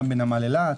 גם בנמל אילת,